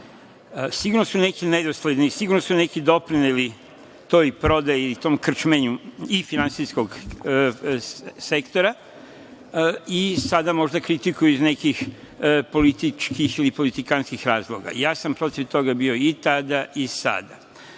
Sigurno su neki nedosledni, sigurno su neki doprineli toj prodaji i tom krčmenju i finansijskog sektora i sada možda kritikuju iz nekih političkih ili politikantskih razloga. Ja sam protiv toga bio i tada i